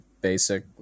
basic